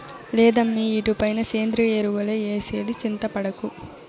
లేదమ్మీ ఇటుపైన సేంద్రియ ఎరువులే ఏసేది చింతపడకు